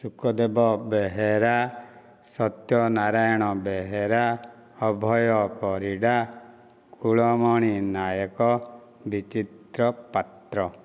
Sukadev Behera Satyanarayan Behera Abhay Parida Kulamani Nayak Bichitra Patra